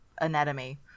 anatomy